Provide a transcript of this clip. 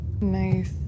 Nice